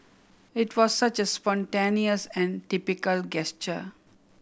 it was such a spontaneous and typical gesture